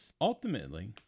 Ultimately